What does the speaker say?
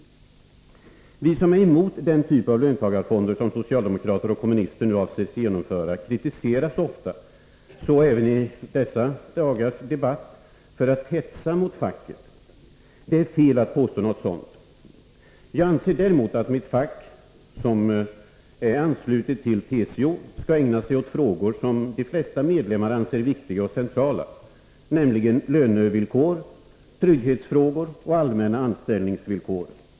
Vi som är emot den typ av löntagarfonder som socialdemokrater och kommunister nu avser genomföra kritiseras ofta, så även i dessa dagars debatt, för att hetsa mot facket. Det är fel att påstå något sådant. Jag anser däremot att mitt fack, som är anslutet till TCO, skall ägna sig åt frågor som de flesta medlemmar finner viktiga och centrala, nämligen lönevillkor, trygghetsfrågor och allmänna anställningsvillkor.